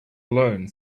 alone